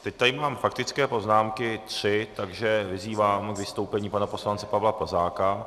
Teď tady mám tři faktické poznámky, takže vyzývám k vystoupení pana poslance Pavla Plzáka.